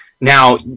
Now